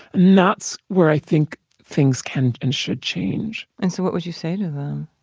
and that's where i think things can and should change and so what would you say to them?